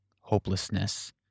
hopelessness